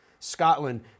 Scotland